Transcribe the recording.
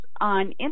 on